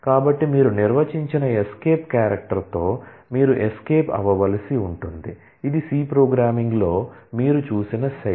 కాబట్టి మీరు నిర్వచించిన ఎస్కేప్ లో మీరు చూసిన శైలి